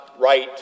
right